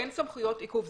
אין סמכויות עיכוב.